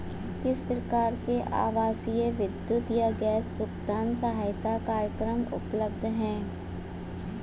किस प्रकार के आवासीय विद्युत या गैस भुगतान सहायता कार्यक्रम उपलब्ध हैं?